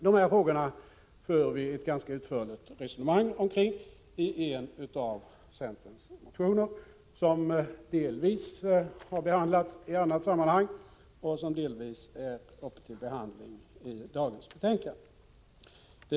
Vi för ett ganska utförligt resonemang kring dessa frågor i en av centerns motioner som delvis har behandlats i annat sammanhang och som delvis är uppe till behandling i dagens betänkande.